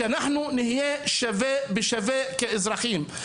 שאנחנו נהיה שווה בשווה כאזרחים,